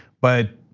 but,